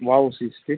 VOC street